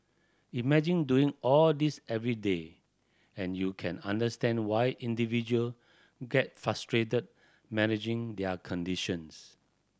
imagine doing all this every day and you can understand why individual get frustrated managing their conditions